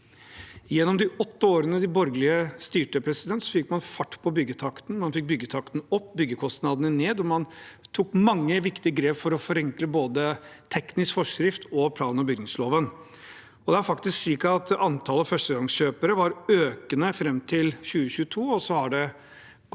Gjennom de åtte årene de borgerlige styrte, fikk man fart på byggetakten; man fikk byggetakten opp og byggekostnadene ned, og man tok mange viktige grep for å forenkle både teknisk forskrift og plan- og bygningsloven. Det er faktisk slik at antallet førstegangskjøpere var økende fram til 2022, og så har det gått